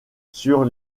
sur